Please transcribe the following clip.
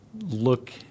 look